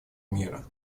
мира